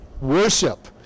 worship